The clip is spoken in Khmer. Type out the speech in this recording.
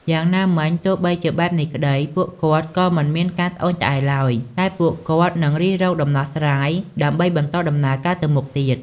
យ៉ាងណាមិញ ទោះបីជាបែបនេះក្តី ក៏ពួកគាត់ក៏មិនមានការត្អូញត្អែរឡើយ តែពួកគាត់នឹងរិះរកដំណោះស្រាយ ដើម្បីបន្តដំណើរទៅមុខទៀត។